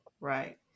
Right